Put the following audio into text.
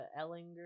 Ellinger